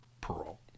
parole